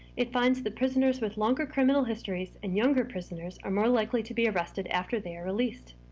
it finds the prisoners with longer criminal histories, and younger prisoners are more likely to be arrested after they are released.